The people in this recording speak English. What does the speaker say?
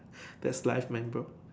that's life man bro